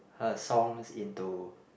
her songs into